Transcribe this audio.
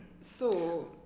So-